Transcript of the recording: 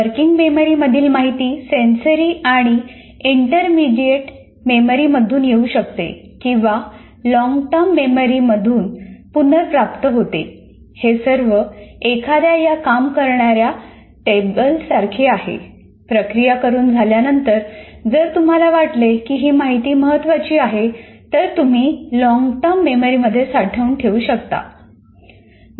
working मेमरीमधील माहिती sensory आणि इंटरमीडिएट मेमरीमधून येऊ शकते किंवा लॉन्गटर्म मेमरी मधून पुनर्प्राप्त होते